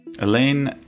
Elaine